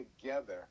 together